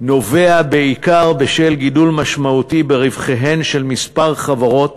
נובע בעיקר מגידול משמעותי ברווחיהן של כמה חברות